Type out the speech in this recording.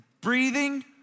Breathing